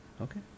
okay